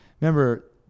Remember